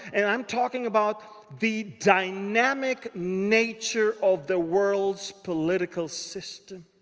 and i'm talking about the dynamic nature of the world's political system.